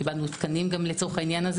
קיבלנו תקנים לצורך העניין.